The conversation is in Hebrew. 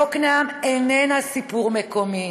יוקנעם איננה סיפור מקומי,